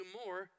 more